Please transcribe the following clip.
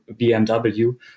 BMW